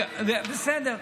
בסדר.